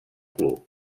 club